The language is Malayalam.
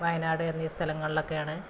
വയനാട് എന്നീ സ്ഥലങ്ങളിലേക്കൊക്കെയാണ്